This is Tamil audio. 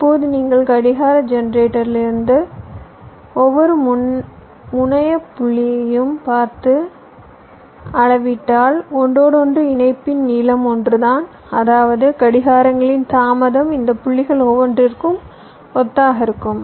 இப்போது நீங்கள் கடிகார ஜெனரேட்டரிலிருந்து ஒவ்வொரு முனையப் புள்ளியையும் பார்த்து அளவிட்டால் ஒன்றோடொன்று இணைப்பின் நீளம் ஒன்றுதான் அதாவது கடிகாரங்களின் தாமதம் இந்த புள்ளிகள் ஒவ்வொன்றிற்கும் ஒத்ததாக இருக்கும்